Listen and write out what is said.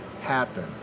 happen